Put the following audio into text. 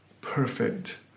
perfect